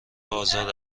آزاد